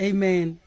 Amen